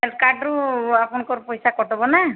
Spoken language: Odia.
କାର୍ଡ଼ରୁ ଆପଣଙ୍କର ପଇସା କଟିବ ନା